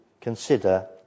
consider